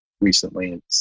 recently